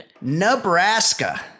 Nebraska